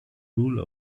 rule